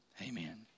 amen